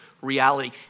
reality